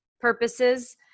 purposes